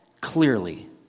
clearly